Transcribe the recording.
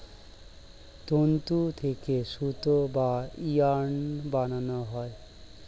তন্তু থেকে সুতা বা ইয়ার্ন বানানো হয়